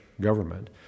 government